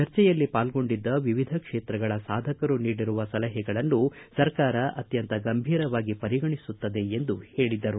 ಚರ್ಚೆಯಲ್ಲಿ ಪಾಲ್ಗೊಂಡಿದ್ದ ವಿವಿಧ ಕ್ಷೇತ್ರಗಳ ಸಾಧಕರು ನೀಡಿರುವ ಸಲಹೆಗಳನ್ನು ಸರಕಾರ ಅತ್ಯಂತ ಗಂಭೀರವಾಗಿ ಪರಿಗಣಿಸುತ್ತದೆ ಎಂದು ಹೇಳಿದರು